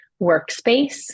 workspace